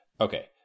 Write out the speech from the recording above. Okay